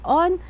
on